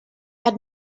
had